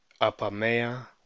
Apamea